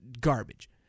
garbage